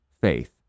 faith